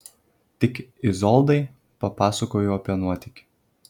tik izoldai papasakojau apie nuotykį